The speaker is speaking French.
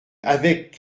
avec